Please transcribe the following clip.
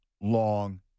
long